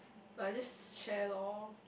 but I just share loh